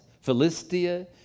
Philistia